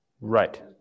right